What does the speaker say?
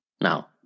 Now